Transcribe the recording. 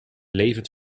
levend